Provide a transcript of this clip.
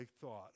thought